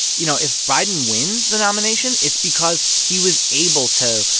you know, if biden wins the nomination, it's because he was able to,